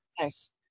Nice